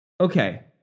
Okay